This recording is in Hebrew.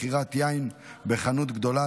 מכירת יין בחנות גדולה),